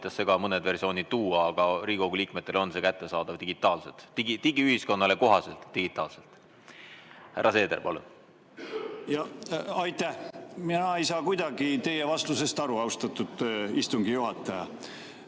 ka mõned versioonid tuua. Aga Riigikogu liikmetele on see kättesaadav digitaalselt, digiühiskonnale kohaselt digitaalselt. Härra Seeder, palun! Aitäh! Mina ei saa kuidagi teie vastusest aru, austatud istungi juhataja.